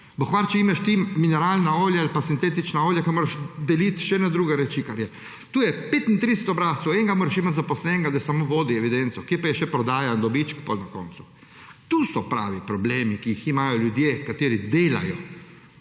Bog varuj, če imaš ti mineralna olja ali pa sintetična olja, ker moraš deliti še na druge reči. To je 35 obrazcev, enega moraš imeti zaposlenega, da smo vodi evidenco! Kje pa je še prodaja, dobiček potem na koncu! To so pravi problemi, ki jih imajo ljudje, kateri delajo,